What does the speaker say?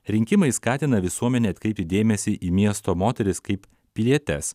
rinkimai skatina visuomenę atkreipti dėmesį į miesto moteris kaip pilietes